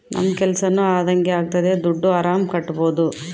ನಮ್ ಕೆಲ್ಸನೂ ಅದಂಗೆ ಆಗ್ತದೆ ದುಡ್ಡು ಆರಾಮ್ ಕಟ್ಬೋದೂ